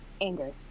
Anger